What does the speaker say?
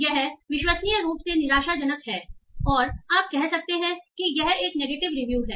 यह विश्वसनीय रूप से निराशाजनक है और आप कह सकते हैं कि यह एक नेगेटिव रिव्यू हैं